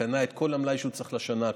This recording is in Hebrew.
קנה את כל המלאי שהוא צריך לשנה הקרובה.